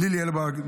לירי אלבג,